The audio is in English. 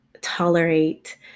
tolerate